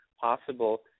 possible